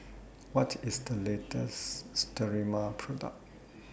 What IS The latest Sterimar Product